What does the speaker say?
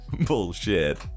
Bullshit